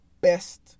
best